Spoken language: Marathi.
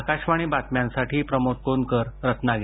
आकाशवाणीच्या बातम्यांसाठी प्रमोद कोनकर रत्नागिरी